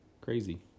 Crazy